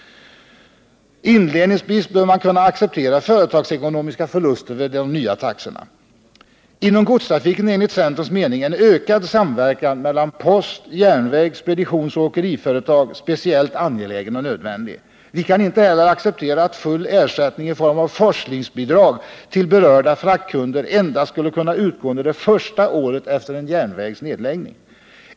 Inledningsvis bör man kunna acceptera företagsekonomiska förluster vid nya taxor. Inom godstrafiken är enligt centerns mening en ökad samverkan mellan post, järnväg, speditionsoch åkeriföretag speciellt angelägen och nödvändig. Vi kan inte heller acceptera att full ersättning i form av forslingsbidrag till berörda fraktkunder skulle kunna utgå endast under det första året efter en järnvägs nedläggning.